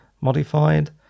modified